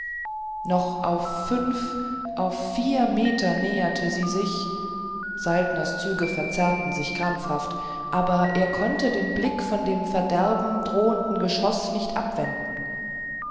noch auf fünf auf vier meter näherte sie sich saltners züge verzerrten sich krampfhaft aber er konnte den blick von dem verderben drohenden geschoß nicht abwenden